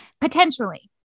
Potentially